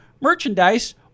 merchandise